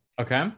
Okay